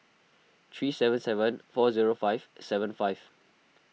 three seven seven four zero five seven five